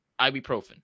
ibuprofen